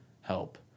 help